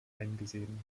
eingesehen